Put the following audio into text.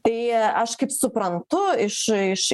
tai aš kaip suprantu iš iš